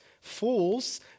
fools